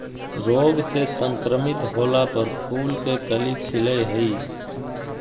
रोग से संक्रमित होला पर फूल के कली खिलई हई